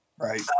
Right